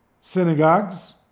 synagogues